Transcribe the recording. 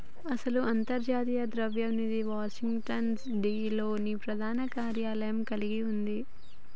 అసలు అంతర్జాతీయ ద్రవ్య నిధి వాషింగ్టన్ డిసి లో ప్రధాన కార్యాలయం కలిగి ఉంది